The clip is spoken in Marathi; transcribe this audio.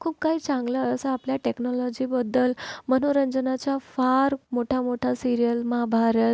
खूप काही चांगलं असं आपल्या टेक्नॉलॉजीबद्दल मनोरंजनाच्या फार मोठ्या मोठ्या सिरीयल महाभारत